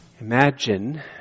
Imagine